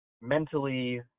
mentally